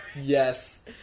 Yes